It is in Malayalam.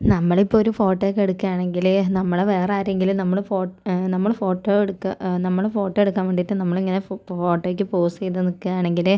നമ്മളിപ്പോൾ ഒരു ഫോട്ടോ ഒക്കെ എടുക്കുകയാണെങ്കിൽ നമ്മൾ വേറെ ആരെങ്കിലും നമ്മളെ ഫോ നമ്മൾ ഫോട്ടോ എടുക്കുക നമ്മുടെ ഫോട്ടോ എടുക്കാൻ വേണ്ടിയിട്ട് നമ്മളിങ്ങനെ ഫോട്ടോക്ക് പോസ് ചെയ്തു നിൽക്കുകയാണെങ്കിൽ